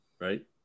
right